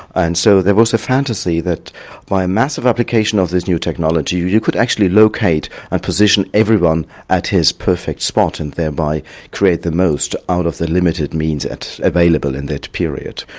and so there was a fantasy that by massive application of this new technology you you could actually locate and position everyone at his perfect spot and thereby create the most out of the limited means available available in that period.